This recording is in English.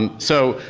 and so,